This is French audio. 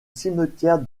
cimetière